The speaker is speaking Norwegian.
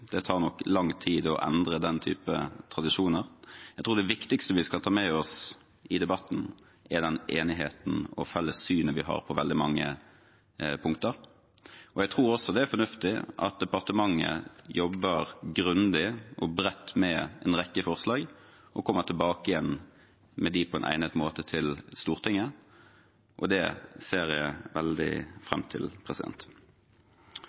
det tar nok lang tid å endre den type tradisjoner. Jeg tror det viktigste vi skal ta med oss i debatten, er den enigheten og det felles synet vi har på veldig mange punkter. Jeg tror også det er fornuftig at departementet jobber grundig og bredt med en rekke forslag og kommer tilbake med dem på en egnet måte til Stortinget. Det ser jeg veldig